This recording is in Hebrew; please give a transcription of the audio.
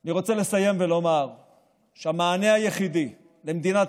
אני רוצה לסיים ולומר שהמענה היחיד למדינת